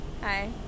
Hi